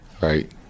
Right